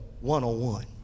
one-on-one